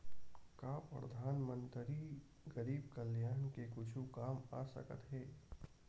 का परधानमंतरी गरीब कल्याण के कुछु काम आ सकत हे